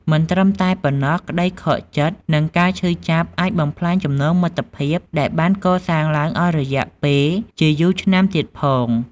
មិនត្រឹមតែប៉ុណ្ណោះ ក្ដីខកចិត្ត និងការឈឺចាប់អាចបំផ្លាញចំណងមិត្តភាពដែលបានកសាងឡើងអស់រយៈពេលជាយូរឆ្នាំទៀតផង។